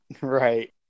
right